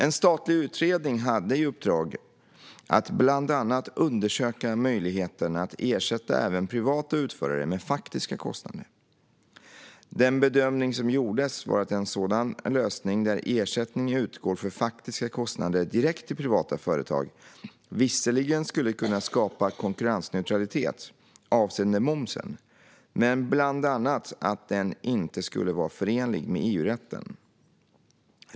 En statlig utredning hade i uppdrag att bland annat undersöka möjligheten att ersätta även privata utförare med faktiska kostnader. Den bedömning som gjordes var att en sådan lösning där ersättning utgår för faktiska kostnader direkt till privata företag visserligen skulle kunna skapa konkurrensneutralitet avseende momsen men bland annat att den inte skulle vara förenlig med EU-rätten .